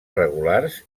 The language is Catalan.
regulars